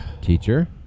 teacher